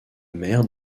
mère